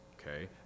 Okay